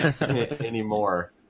anymore